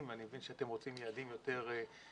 ואני מבין שאתם רוצים יעדים יותר מורכבים.